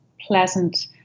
pleasant